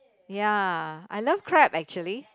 ya I love crab actually